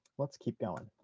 let's keep going.